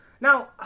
Now